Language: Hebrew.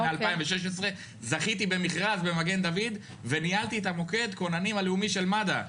ב-2016 זכיתי במכרז במגן דוד וניהלתי את המוקד כוננים הלאומי של מד"א.